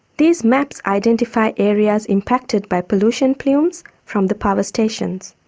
these maps identify areas impacted by pollution plumes from the power stations.